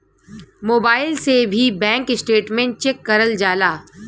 mobile से भी bank statement check करल जाला